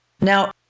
Now